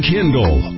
Kindle